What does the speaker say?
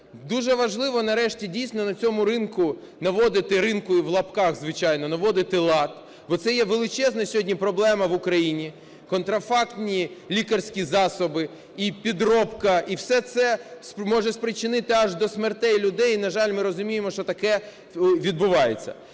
Дуже важливо нарешті дійсно на цьому ринку наводити ("ринку", в лапках, звичайно), наводити лад, бо це величезна сьогодні проблема в Україні – контрафактні лікарські засоби і підробка. І все це може спричинити аж до смертей людей і, на жаль, ми розуміємо, що таке відбувається.